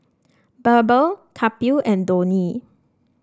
BirbaL Kapil and Dhoni